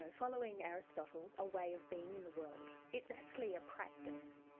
following aristotle, a way of being in the world. it's actually a practice,